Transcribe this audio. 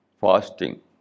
fasting